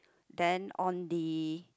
then on the